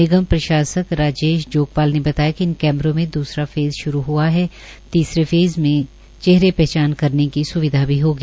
निगम प्रशासक राजेश जोगपाल ने बताया कि इन कैमरों में दूसरा फेस श्रू हआ है तीसरे फेज में चेहरे पहचान करने की स्विधा भी होगी